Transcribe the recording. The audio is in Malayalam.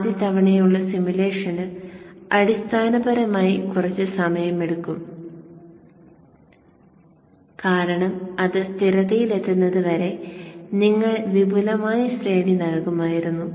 ആദ്യ തവണയുള്ള സിമുലേഷന് അടിസ്ഥാനപരമായി കുറച്ച് സമയമെടുക്കും കാരണം അത് സ്ഥിരതയിലെത്തുന്നത് വരെ നിങ്ങൾ വിപുലമായ ശ്രേണി നൽകുമായിരുന്നു